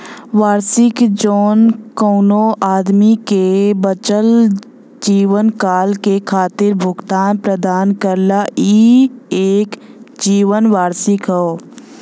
वार्षिकी जौन कउनो आदमी के बचल जीवनकाल के खातिर भुगतान प्रदान करला ई एक जीवन वार्षिकी हौ